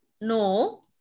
no